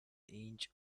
inch